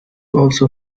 also